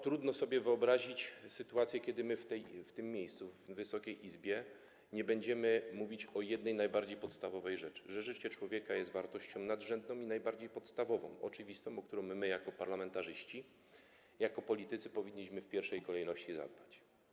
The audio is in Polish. Trudno sobie wyobrazić sytuację, kiedy my w tym miejscu, w Wysokiej Izbie, nie będziemy mówić o jednej, najbardziej podstawowej rzeczy: że życie człowieka jest wartością nadrzędną i najbardziej podstawową, oczywistą, o którą my jako parlamentarzyści, jako politycy powinniśmy w pierwszej kolejności zadbać.